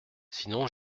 sinon